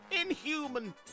inhuman